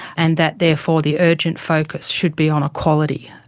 and that therefore the urgent focus should be on equality,